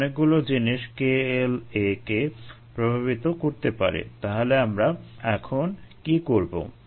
তাই অনেকগুলো জিনিস KLa কে প্রভাবিত করতে পারে তাহলে আমরা এখন কী করবো